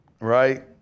right